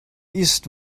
ist